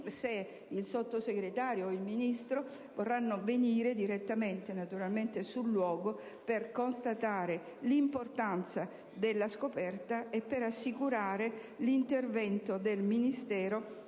se il Sottosegretario o il Ministro vorranno venire direttamente sul luogo per constatare l'importanza della scoperta e per assicurare l'intervento del Ministero,